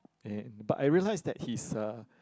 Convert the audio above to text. and but I realise that his uh